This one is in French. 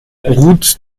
route